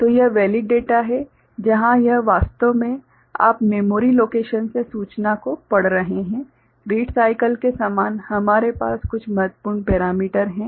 तो यह valid data है जहां यह वास्तव में आप मेमोरी लोकेशन से सूचना को पढ़ रहे हैं रीड साइकल के समान हमारे पास कुछ महत्वपूर्ण पेरामीटर हैं